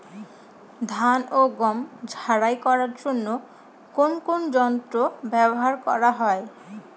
ধান ও গম ঝারাই করার জন্য কোন কোন যন্ত্র ব্যাবহার করা হয়?